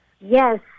Yes